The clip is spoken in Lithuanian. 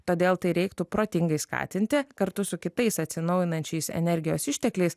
todėl tai reiktų protingai skatinti kartu su kitais atsinaujinančiais energijos ištekliais